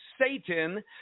Satan